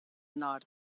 nord